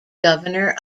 governor